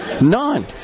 none